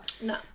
No